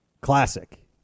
Classic